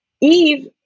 Eve